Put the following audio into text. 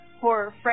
horror